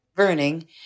burning